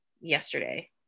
yesterday